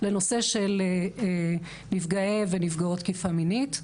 לנושא של נפגעי ונפגעות תקיפה מינית.